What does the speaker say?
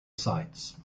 sites